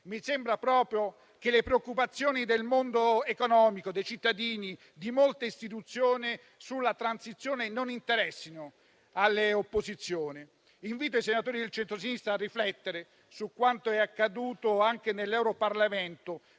mi sembra proprio che le preoccupazioni del mondo economico, dei cittadini e di molte istituzioni sulla transizione non interessino alle opposizioni. Invito i senatori del centrosinistra a riflettere su quanto è accaduto anche al Parlamento